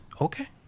Okay